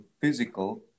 physical